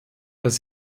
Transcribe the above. dass